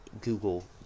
Google